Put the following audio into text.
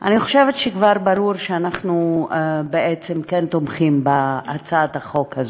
אני חושבת שכבר ברור שאנחנו בעצם כן תומכים בהצעת החוק הזאת,